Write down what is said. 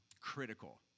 critical